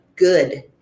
good